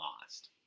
lost